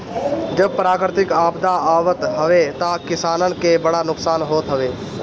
जब प्राकृतिक आपदा आवत हवे तअ किसानन के बड़ा नुकसान होत हवे